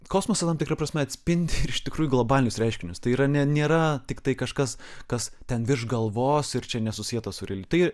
kosmosas tam tikra prasme atspindi ir iš tikrųjų globalius reiškinius tai yra ne nėra tiktai kažkas kas ten virš galvos ir čia nesusietas su realybe tai